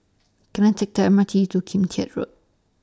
Can I Take The M R T to Kim Keat Road